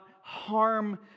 harm